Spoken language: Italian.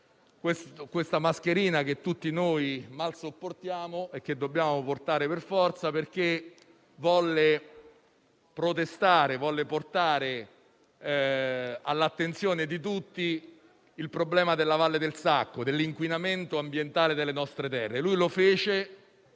quella mascherina che tutti noi mal sopportiamo e dobbiamo portare per forza - per portare all'attenzione di tutti il problema della Valle del Sacco, l'inquinamento ambientale delle nostre terre.